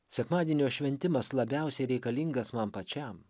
sekmadienio šventimas labiausiai reikalingas man pačiam